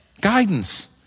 Guidance